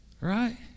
Right